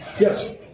Yes